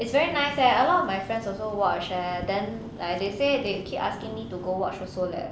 it's very nice leh a lot of my friends also watch leh then like they said they keep asking me to go watch also leh